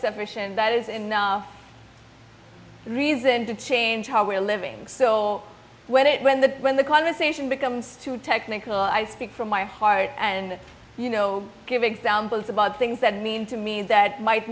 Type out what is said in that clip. and that is enough reason to change how we're living so when it when the when the conversation becomes too technical i speak from my heart and you know give examples about things that mean to me that might